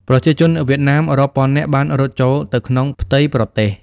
ប្រជាជនវៀតណាមរាប់ពាន់នាក់បានរត់ចូលទៅក្នុងផ្ទៃប្រទេស។